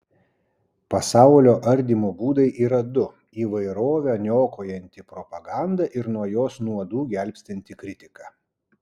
pasaulio ardymo būdai yra du įvairovę niokojanti propaganda ir nuo jos nuodų gelbstinti kritika